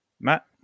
Matt